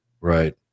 Right